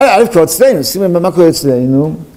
אה, אל תראו אצלנו, שימו לב מה קורה אצלנו.